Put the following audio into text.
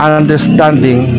understanding